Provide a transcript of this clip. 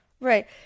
Right